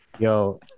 Yo